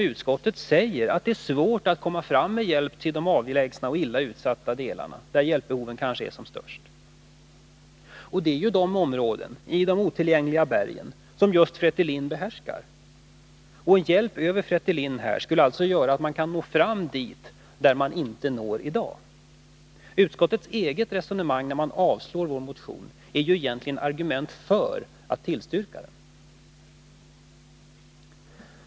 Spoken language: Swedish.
Utskottet säger ju att det är svårt att komma fram med hjälp till de avslägsna och illa utsatta delarna, där hjäpbehoven är störst, och det är de områdena, i de otillgängliga bergen, som just Fretilin behärskar. Hjälp över Fretilin skulle alltså göra att man kunde nå dit man inte når i dag. Utskottets eget resonemang när man avstyrker vår motion är egentligen ett argument för att tillstyrka den.